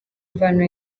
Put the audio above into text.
mvano